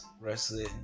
wrestling